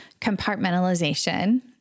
compartmentalization